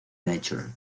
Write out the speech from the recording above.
natural